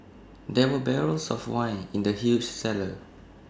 there were barrels of wine in the huge cellar